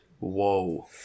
Whoa